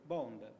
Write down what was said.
Bond